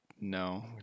no